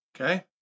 Okay